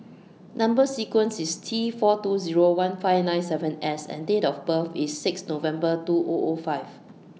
Number sequence IS T four two Zero one five nine seven S and Date of birth IS six November two O O five